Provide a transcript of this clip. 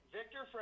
Victor